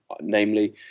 namely